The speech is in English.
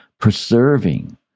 preserving